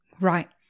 Right